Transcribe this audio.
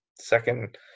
second